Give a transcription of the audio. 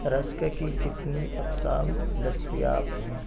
رشک کی کتنی اقسام دستیاب ہیں